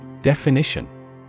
Definition